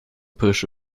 push